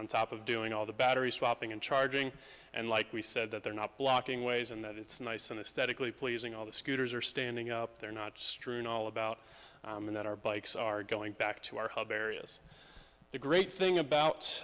on top of doing all the battery swapping and charging and like we said that they're not blocking ways and that it's nice in a statically pleasing all the scooters are standing up they're not strewn all about and that our bikes are going back to our hub areas the great thing about